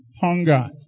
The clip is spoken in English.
Hunger